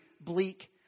bleak